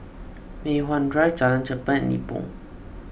Mei Hwan Drive Jalan Cherpen and Nibong